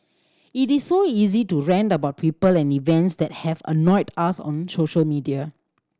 it is so easy to rant about people and events that have annoyed us on social media